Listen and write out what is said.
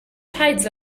tides